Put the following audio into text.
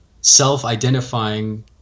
self-identifying